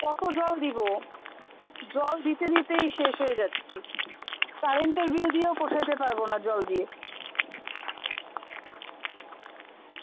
কত জল দিবো জল দিতে দিতেই শেষ হয়ে যাচ্ছি কারেন্টের বিল দিয়েও পোষাইতে পারবো না জল দিয়ে